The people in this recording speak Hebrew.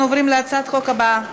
רבותי, אנחנו עוברים להצעת החוק הבאה.